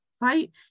right